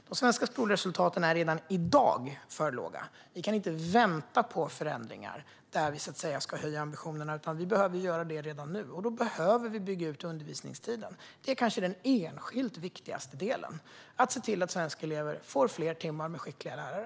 De svenska skolresultaten är redan i dag för låga; vi kan inte vänta på förändringar för att höja ambitionerna, utan vi behöver göra det redan nu. Då behöver vi också bygga ut undervisningstiden. Den kanske enskilt viktigaste delen är att se till att svenska elever får fler timmar med skickliga lärare.